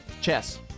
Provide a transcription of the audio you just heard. Chess